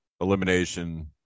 elimination